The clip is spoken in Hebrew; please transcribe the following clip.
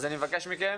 אז אני מבקש מכם